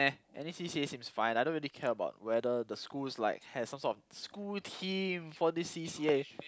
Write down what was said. !eh! any C_C_As seems fine I don't really care about whether the school is like have some sort of school team for this C_C_A